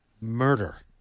murder